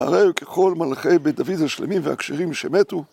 הרי ככל מלכי בית דוד השלמים והכשרים שמתו